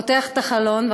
פותח את החלון,